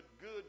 good